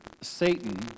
Satan